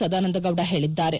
ಸದಾನಂದ ಗೌಡ ಹೇಳಿದ್ದಾರೆ